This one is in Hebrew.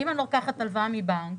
כי אם אני לוקחת הלוואה מבנק,